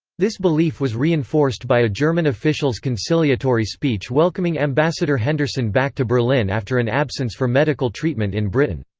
this belief was reinforced by a german official's conciliatory speech welcoming ambassador henderson back to berlin after an absence for medical treatment in britain.